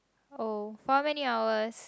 oh how many hours